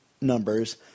numbers